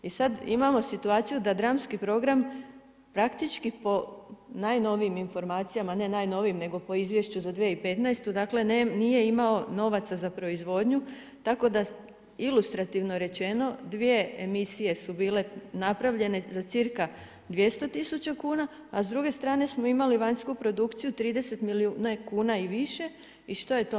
I sad imamo situaciju da dramski program praktički po najnovijim informacijama, ne najnovijim nego po izvješću za 2015., dakle nije imao novaca za proizvodnju tako da ilustrativno rečeno dvije emisije su bile napravljene za cirka 200 tisuća kuna, a s druge strane smo imali vanjsku produkciju 30 milijuna kuna i više i što je to.